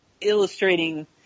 illustrating